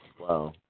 Wow